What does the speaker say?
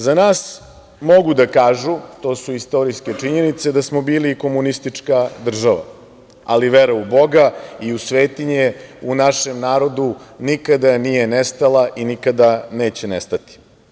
Za nas mogu da kaže, to su istorijske činjenice, da smo bili komunistička država, ali vera u Boga i u svetinje u našem narodu nikada nije nestala i nikada neće nestati.